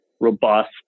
robust